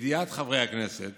לידיעת חברי הכנסת